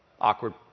Awkward